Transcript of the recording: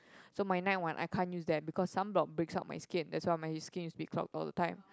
so my night one I can't use that because sunblock breaks out my skin that's why my skin is be clog all the time